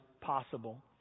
possible